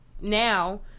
Now